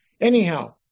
Anyhow